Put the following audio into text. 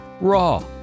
raw